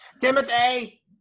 Timothy